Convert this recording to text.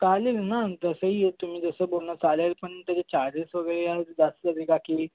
चालेल ना तसंही हे तुम्ही जसं बोलणार चालेल पण त्याचे चार्जेस वगैरे यामध्ये जास्तच आहे काकी